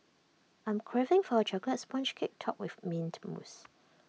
I'm craving for A Chocolate Sponge Cake Topped with Mint Mousse